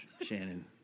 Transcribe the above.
Shannon